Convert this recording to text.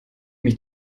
mich